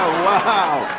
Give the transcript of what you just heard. ah wow.